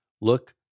Look